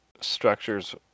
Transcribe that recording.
Structures